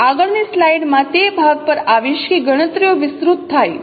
હું આગળની સ્લાઇડ્સમાં તે ભાગ પર આવીશ કે ગણતરીઓ વિસ્તૃત થાય